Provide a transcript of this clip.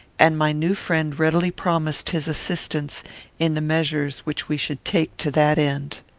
and my new friend readily promised his assistance in the measures which we should take to that end.